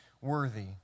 worthy